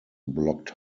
blocked